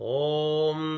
om